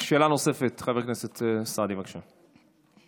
שאלה נוספת, חבר הכנסת סעדי, בבקשה.